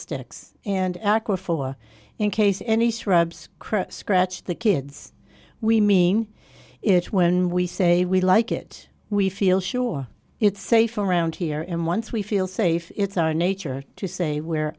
sticks and aquaphor in case any shrubs chris scratched the kids we mean it when we say we like it we feel sure it's safe around here and once we feel safe it's our nature to say where